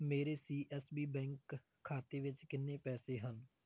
ਮੇਰੇ C S B bank ਖਾਤੇ ਵਿੱਚ ਕਿੰਨੇ ਪੈਸੇ ਹਨ